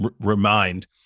remind